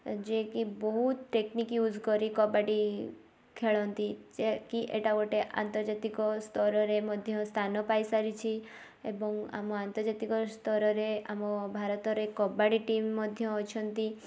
ଯେ କି ବହୁତ ଟେକନିକ ୟୁଜ କରି କବାଡ଼ି ଖେଳନ୍ତି ଯେ କି ଏଇଟା ଗୋଟିଏ ଆନ୍ତର୍ଜାତିକ ସ୍ତରରେ ମଧ୍ୟ ସ୍ଥାନ ପାଇସାରିଛି ଏବଂ ଆମ ଆନ୍ତର୍ଜାତିକ ସ୍ତରରେ ଆମ ଭାରତରେ କବାଡ଼ି ଟିମ ମଧ୍ୟ ଅଛନ୍ତି